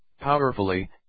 powerfully